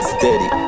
Steady